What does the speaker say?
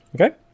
Okay